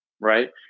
right